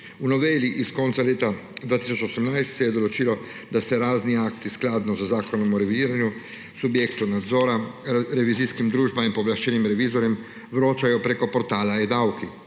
V noveli iz konca leta 2018 se je določilo, da se razni akti, skladno z Zakonom o revidiranju, subjektom nadzora, revizijskim družbam in pooblaščenim revizorjem vročajo preko portala eDavki.